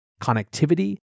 connectivity